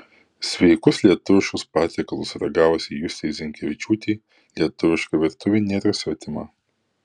sveikus lietuviškus patiekalus ragavusiai justei zinkevičiūtei lietuviška virtuvė nėra svetima